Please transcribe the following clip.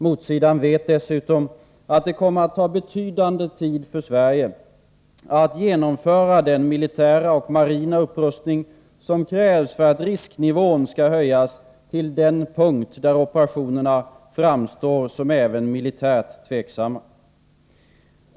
Motsidan vet dessutom att det kommer att ta betydande tid för Sverige att genomföra den militära och marina upprustning som krävs för att risknivån skall höjas till den punkt där operationerna framstår som även militärt tveksamma.